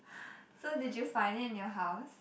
so did you find it in your house